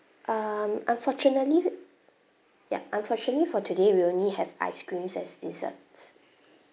um unfortunately ya unfortunately for today we only have ice creams as desserts